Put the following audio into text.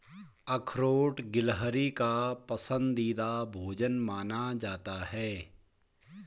अखरोट गिलहरी का पसंदीदा भोजन माना जाता है